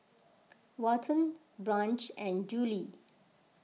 Walton Branch and Juli